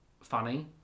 funny